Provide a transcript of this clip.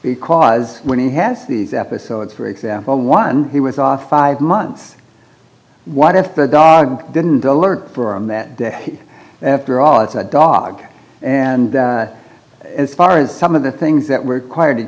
because when he has these episodes for example one he was off five months what if the dog didn't alert for him that day after all it's a dog and as far as some of the things that were choir